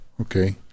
okay